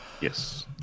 Yes